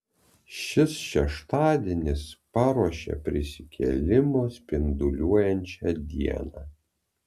šis šeštadienis paruošia prisikėlimo spinduliuojančią dieną